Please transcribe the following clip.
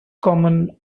common